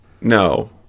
No